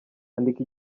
andika